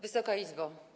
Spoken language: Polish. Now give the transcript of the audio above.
Wysoka Izbo!